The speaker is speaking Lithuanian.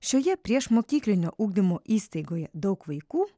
šioje priešmokyklinio ugdymo įstaigoje daug vaikų